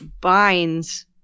binds